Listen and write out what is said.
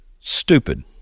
stupid